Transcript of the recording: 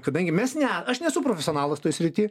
kadangi mes ne aš nesu profesionalas toj srity